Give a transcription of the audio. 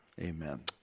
Amen